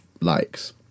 likes